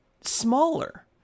smaller